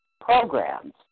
programs